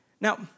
Now